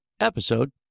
episode